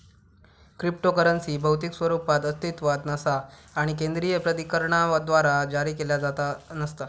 cryptocurrency भौतिक स्वरूपात अस्तित्वात नसा आणि केंद्रीय प्राधिकरणाद्वारा जारी केला जात नसा